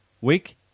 week